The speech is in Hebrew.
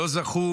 לא זכו